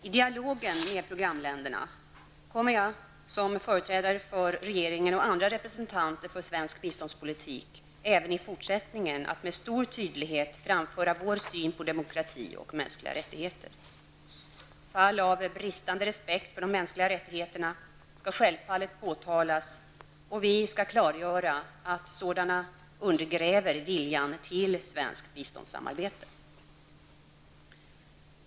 I dialogen med programländerna kommer jag som företrädare för regeringen och andra representanter för svensk biståndspolitik att även i fortsättningen med stor tydlighet framföra vår syn på demokrati och mänskliga rättigheter. Fall av bristande respekt för de mänskliga rättigheterna skall självfallet påtalas och vi skall klargöra att sådana undergräver viljan till ett biståndssamarbete med Sverige.